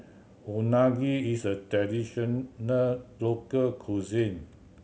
unagi is a traditional local cuisine